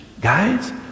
Guys